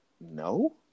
No